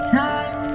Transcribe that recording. time